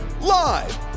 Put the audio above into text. Live